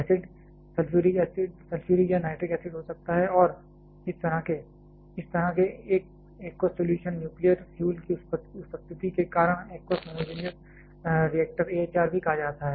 acid sulphuric या nitric acid हो सकता है और इस तरह के इस तरह के एक एक्वस सलूशन न्यूक्लियर फ्यूल की उपस्थिति के कारण एक्वस होमोजेनियस रिएक्टर AHR भी कहा जाता है